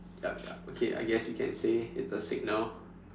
yup yup okay I guess you can say it's a signal